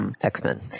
X-Men